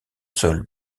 sol